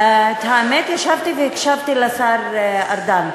האמת, ישבתי והקשבתי לשר ארדן,